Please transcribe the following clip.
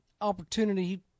opportunity